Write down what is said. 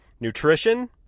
nutrition